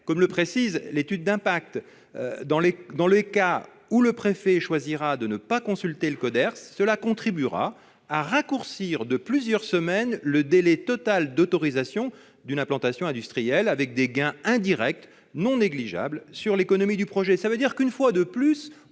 Comme le précise l'étude d'impact, « dans les cas où le préfet choisira [...] de ne pas consulter le Coderst, cela contribuera à raccourcir de plusieurs semaines le délai total d'autorisation d'une implantation industrielle, avec des gains indirects non négligeables sur l'économie du projet